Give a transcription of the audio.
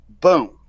boom